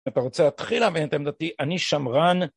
אתה רוצה התחילה מאת עמדתי, אני שמרן.